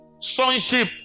Sonship